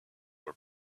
were